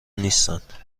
نیستند